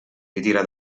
ritira